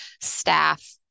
staff